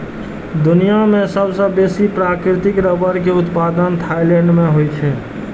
दुनिया मे सबसं बेसी प्राकृतिक रबड़ के उत्पादन थाईलैंड मे होइ छै